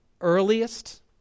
earliest